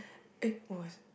it was